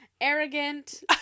arrogant